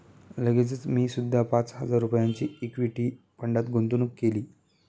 लगेचच मी सुद्धा पाच हजार रुपयांची इक्विटी फंडात गुंतवणूक केली